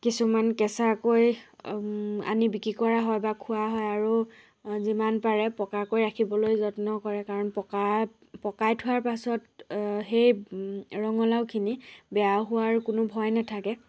কিছুমান কেঁচাকৈ আনি বিক্ৰী কৰা হয় বা খোৱা হয় আৰু যিমান পাৰে পকাকৈ ৰাখিবলৈ যত্ন কৰে কাৰণ পকা পকাই থোৱাৰ পাছত সেই ৰঙলাওখিনি বেয়া হোৱাৰ কোনো ভয় নাথাকে